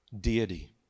deity